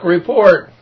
Report